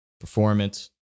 performance